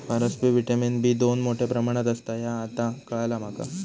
फारसबी vitamin B दोन मोठ्या प्रमाणात असता ह्या आता काळाला माका